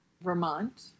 Vermont